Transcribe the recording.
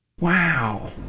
Wow